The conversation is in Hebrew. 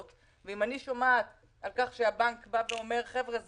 ואם אני שומעת על כך שהבנק אומר: חבר'ה,